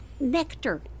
nectar